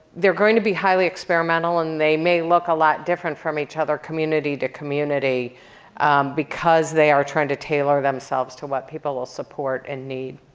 they're going to be highly experimental, and they may look a lot different from each other community to community because they are trying to tailor themselves to what people will support and need.